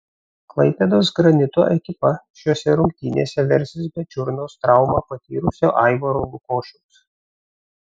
klaipėdos granito ekipa šiose rungtynėse versis be čiurnos traumą patyrusio aivaro lukošiaus